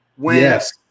Yes